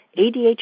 ADHD